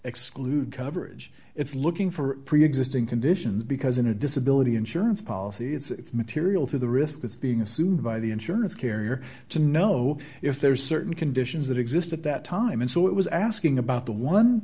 exclude coverage it's looking for preexisting conditions because in a disability insurance policy it's material to the risk that's being assumed by the insurance carrier to know if there are certain conditions that exist at that time and so it was asking about the one